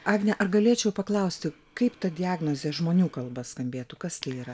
agne ar galėčiau paklausti kaip ta diagnozė žmonių kalba skambėtų kas tai yra